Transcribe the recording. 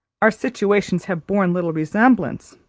our situations have borne little resemblance.